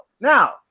Now